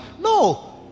no